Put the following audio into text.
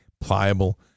pliable